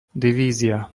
divízia